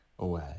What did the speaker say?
Away